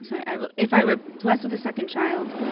so i mean if i were blessed with a second child.